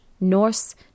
Norse